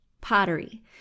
pottery